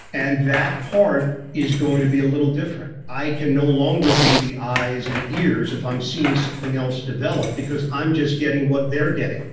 and that part is going to be a little different. i can no longer be the eyes and ears if i'm i'm seeing something else develop because i'm just getting what they're getting.